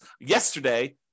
yesterday